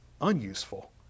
unuseful